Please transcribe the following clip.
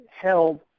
held